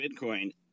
Bitcoin